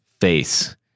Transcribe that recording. face